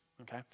Okay